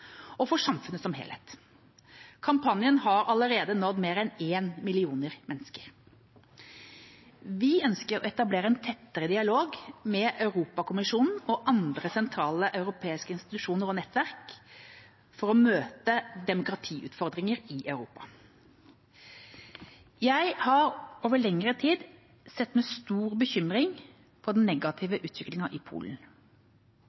og for samfunnet som helhet. Kampanjen har allerede nådd mer enn én million mennesker. Vi ønsker å etablere en tettere dialog med Europakommisjonen og andre sentrale europeiske institusjoner og nettverk for å møte demokratiutfordringer i Europa. Jeg har over lengre tid sett med stor bekymring på den